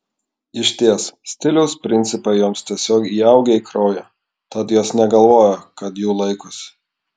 išties stiliaus principai joms tiesiog įaugę į kraują tad jos negalvoja kad jų laikosi